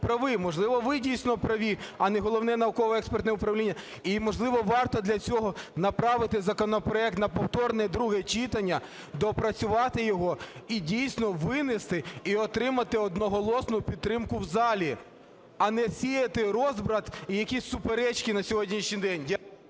хто правий. Можливо, ви дійсно праві, а не Головне науково-експертне управління. І, можливо, варто для цього направити законопроект на повторне друге читання, доопрацювати його, і дійсно винести, і отримати одноголосну підтримку в залі, а не сіяти розбрат і якісь суперечки на сьогоднішній день.